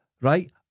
Right